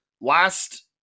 Last